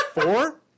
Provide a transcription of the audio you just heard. four